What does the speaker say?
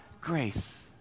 grace